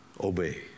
Obey